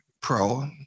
Pro